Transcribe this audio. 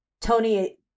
Tony